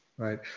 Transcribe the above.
Right